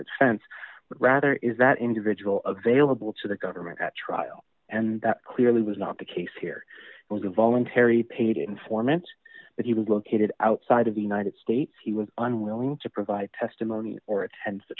the fence but rather is that individual available to the government at trial and that clearly was not the case here was a voluntary paid informant that he was located outside of the united states he was unwilling to provide testimony or attend t